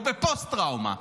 אתה צודק, הם לא בפוסט-טראומה.